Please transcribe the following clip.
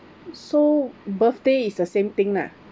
so birthday is the same thing lah